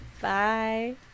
Bye